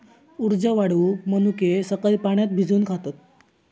उर्जा वाढवूक मनुके सकाळी पाण्यात भिजवून खातत